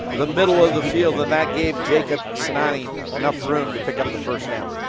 the middle of the field. and that gave jakup sinani enough room to pick up the first down.